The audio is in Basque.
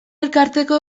elkarteko